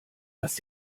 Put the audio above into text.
hast